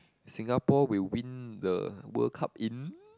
Singapore we win the World Cup in